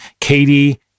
Katie